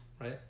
right